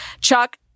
Chuck